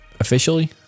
Officially